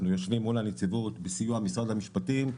יושבים מול הנציבות בסיוע משרד המשפטים,